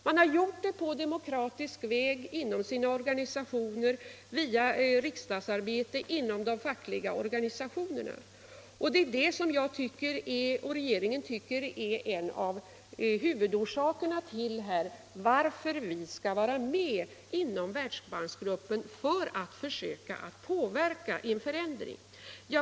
Man har gjort det på demokratisk väg inom sina egna organisationer, via riksdagsarbetet och inom de politiska och fackliga organisationerna. En av huvudorsakerna till att jag och regeringen tycker att vi skall vara med i Världsbanksgruppen är just att vi då kan försöka påverka inriktningen och arbeta för en förändring.